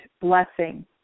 blessing